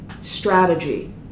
strategy